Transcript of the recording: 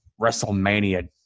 wrestlemania